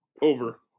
Over